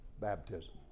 Baptism